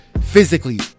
physically